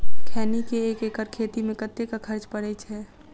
खैनी केँ एक एकड़ खेती मे कतेक खर्च परै छैय?